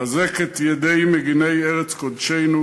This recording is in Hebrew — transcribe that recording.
חזק את ידי מגני ארץ קודשנו